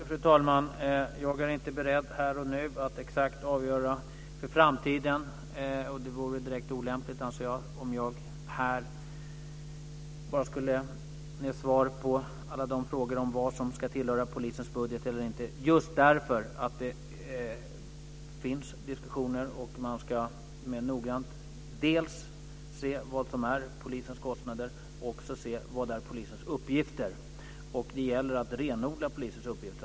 Fru talman! Jag är inte beredd att här och nu exakt avgöra detta för framtiden. Det vore direkt olämpligt, anser jag, om jag här bara skulle ge svar på alla frågor om vad som ska tillhöra polisens budget eller inte. Skälet är just att det finns diskussioner. Man ska noga se på vad som är polisens kostnader - och också se på vad som är polisens uppgifter. Det gäller att renodla polisens uppgifter.